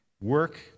work